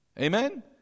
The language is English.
Amen